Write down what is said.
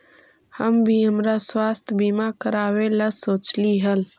हम भी हमरा स्वास्थ्य बीमा करावे ला सोचली हल